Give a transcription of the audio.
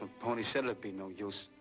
pony said it'd be no use.